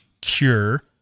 cure